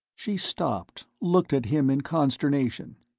she stopped, looked at him in consternation.